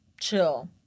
chill